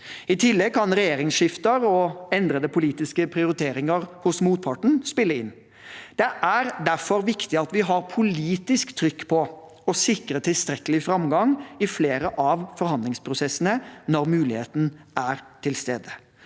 I tillegg kan regjeringsskifter og endrede politiske prioriteringer hos motpar ten spille inn. Det er derfor viktig at vi har politisk trykk på å sikre tilstrekkelig framgang i flere av forhandlingsprosessene når muligheten er til stede.